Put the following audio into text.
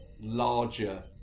larger